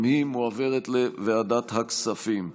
לוועדת הכספים נתקבלה.